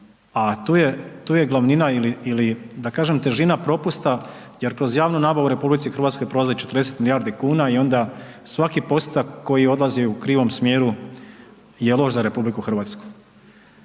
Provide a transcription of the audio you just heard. tu je glavnina ili da kažem težina propusta jer kroz javnu nabavu u RH prolazi 40 milijardi kuna i onda svaki postotak koji odlazi u krivom smjeru je loš za RH.